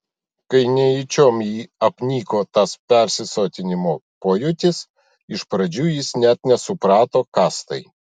kai nejučiom jį apniko tas persisotinimo pojūtis iš pradžių jis net nesuprato kas tai